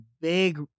big